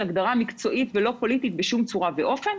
הגדרה מקצועית ולא פוליטית בשום צורה ואופן,